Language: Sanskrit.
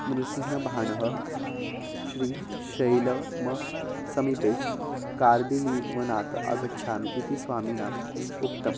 नृसिंह भाणः श्रीशैलम् समीपे कार्दिलीवनात् आगच्छामि इति स्वामिनाम् उक्तम्